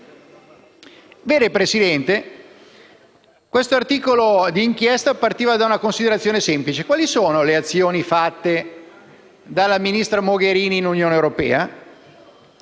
Presidente, questo articolo d'inchiesta partiva da una considerazione semplice: quali sono le azioni fatte dalla ministra Mogherini nell'Unione europea?